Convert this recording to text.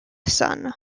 son